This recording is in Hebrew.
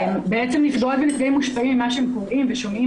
בעצם נפגעות ונפגעים מושפעים ממה שהם קוראים ושומעים